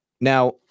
Now